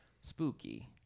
spooky